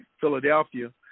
Philadelphia